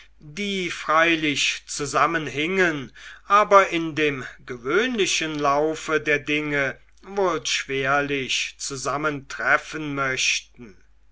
die freilich zusammenhingen aber in dem gewöhnlichen laufe der dinge wohl schwerlich zusammentreffen möchten